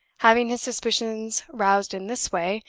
having his suspicions roused in this way,